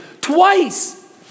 Twice